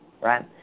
right